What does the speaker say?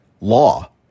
law